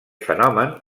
fenomen